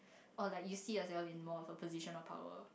or like you see yourself in more of a position of power